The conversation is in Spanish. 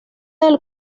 del